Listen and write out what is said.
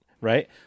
Right